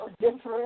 different